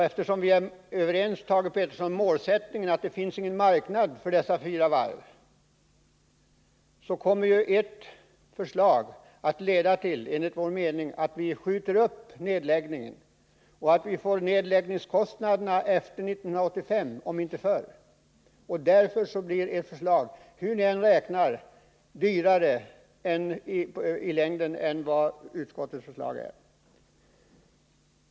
Eftersom vi är överens om, Thage Peterson, att det inte finns marknad för dessa fyra varv, kommer ju ert förslag att leda till att vi endast skjuter upp nedläggningen och att vi får nedläggningskostnaderna efter 1985 om inte förr. Därför blir ert förslag, hur ni än räknar, dyrare i längden än vad utskottets förslag blir.